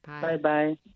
Bye-bye